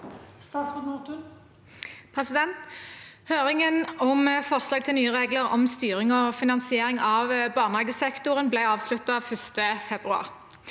Høringen om forslaget til nye regler om styring og finansiering av barnehagesektoren ble avsluttet 1. februar.